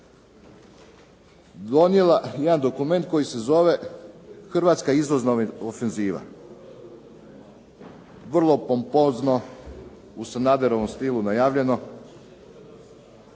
donijela jedan dokument koji se zove Hrvatska izvozna ofenziva. Vrlo pompozno, u Sanaderovom stilu najavljeno,